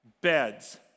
beds